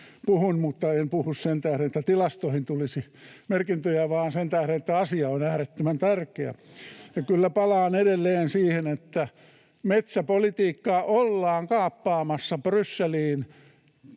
mutta en puhu sen tähden, että tilastoihin tulisi merkintöjä, vaan sen tähden, että asia on äärettömän tärkeä. Ja kyllä palaan edelleen siihen, että metsäpolitiikkaa ollaan kaappaamassa Brysseliin